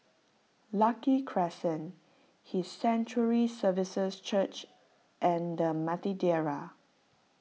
Lucky Crescent His Sanctuary Services Church and the Madeira